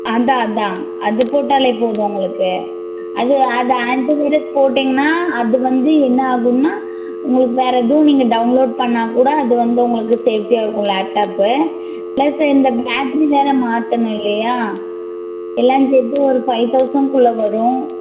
அதுதான் அதுதான் அது போட்டாலே போதும் உங்களுக்கு அது அது ஆன்ட்டிவைரஸ் போட்டிங்கனால் அதுவந்து என்ன ஆகும்னால் உங்களுக்கு வேறு எதுவும் நீங்கள் டவுன்லோட் பண்ணால்க்கூட அதுவந்து உங்களுக்கு சேஃப்டியாக இருக்கும் லேப்டாப் ப்ளஸ் இந்த பேட்ரி வேறு மாற்றணும் இல்லையா எல்லாம் சேர்த்து ஒரு ஃபைவ் தௌசண்ட்குள்ளே வரும்